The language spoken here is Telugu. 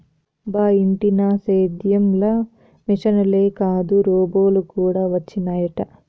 బా ఇంటినా సేద్యం ల మిశనులే కాదు రోబోలు కూడా వచ్చినయట